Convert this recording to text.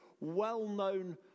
well-known